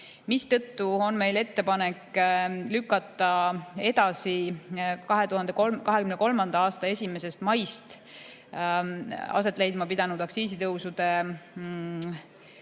mistõttu on meil ettepanek lükata edasi 2023. aasta 1. maist aset leidma pidanud aktsiisitõusude